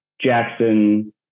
Jackson